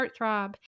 heartthrob